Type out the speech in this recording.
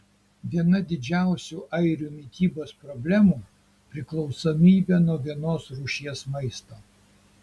viena didžiausių airių mitybos problemų priklausomybė nuo vienos rūšies maisto